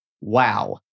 Wow